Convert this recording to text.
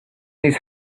his